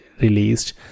released